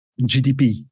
GDP